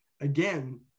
again